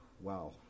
wow